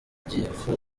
gifu